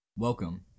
Welcome